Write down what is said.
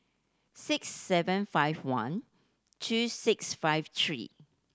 six seven five one two six five three